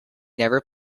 never